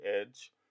edge